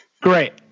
Great